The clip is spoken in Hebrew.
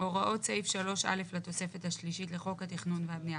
הוראות סעיף 3 (א') לתוספת השלישית לחוק התכנון והבנייה,